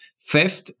Fifth